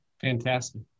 Fantastic